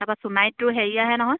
তাপা সোণাৰীত তোৰ হেৰি আহে নহয়